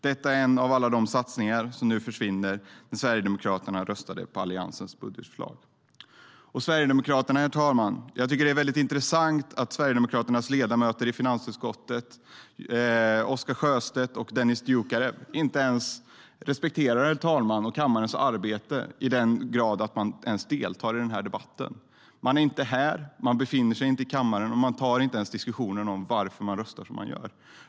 Detta är en av alla de satsningar som nu försvinner när Sverigedemokraterna röstade på Alliansens budgetförslag. Herr talman! Jag tycker att det är intressant att Sverigedemokraternas ledamöter i finansutskottet Oscar Sjöstedt och Dennis Dioukarev inte ens respekterar herr talmannen och kammarens arbete i den grad att de deltar i den här debatten. De befinner sig inte i kammaren, och de tar inte ens diskussionen om varför de röstar som de gör.